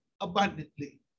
abundantly